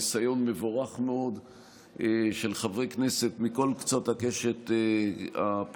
ניסיון מבורך מאוד של חברי כנסת מכל קצות הקשת הפוליטית